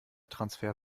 transfer